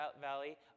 Valley